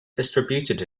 distributed